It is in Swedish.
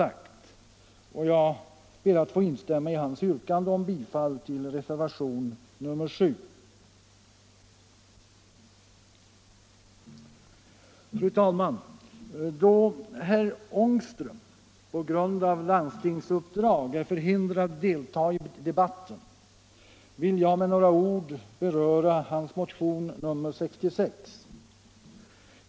Då herr Ångström på grund av landstingsuppdrag är förhindrad att delta i debatten vill jag med några ord beröra hans motion nr 66.